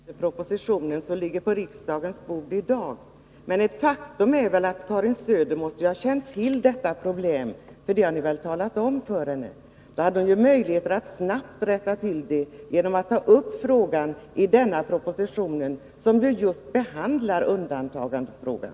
Herr talman! Självfallet diskuterar vi inte den proposition som ligger på riksdagens bord i dag, men ett faktum är ändå att Karin Söder måste ha känt till detta problem. Det har ni väl tagit upp med henne? I så fall hade hon ju haft möjligheter att snabbt rätta till det här genom att ta med det i denna proposition, som behandlar just undantagandefrågan.